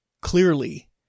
clearly